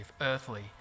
earthly